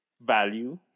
value